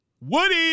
Woody